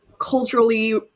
culturally